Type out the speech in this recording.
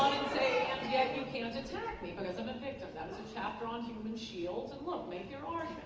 yeah you can't attack me because i'm a victim that was a chapter on human shields and look make your um